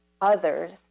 others